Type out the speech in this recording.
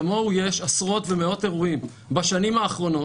כמוהו יש עשרות ומאות אירועים בשנים האחרונות,